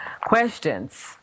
questions